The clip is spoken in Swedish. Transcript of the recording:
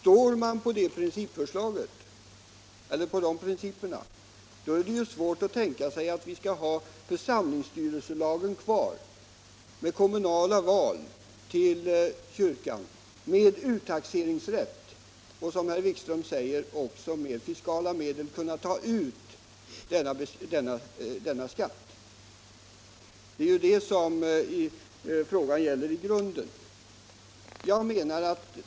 Håller man på de principerna är det svårt att tänka sig att ha församlingsstyrelselagen kvar med kommunala val till kyrkan, med uttaxeringsrätt, och som herr Wikström säger också med möjlighet att med fiskala medel kunna ta ut denna skatt. Det är ju det som frågan gäller i grunden.